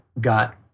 got